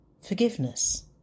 Forgiveness